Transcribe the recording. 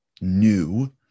new